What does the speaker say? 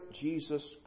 Jesus